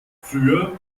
früher